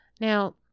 Now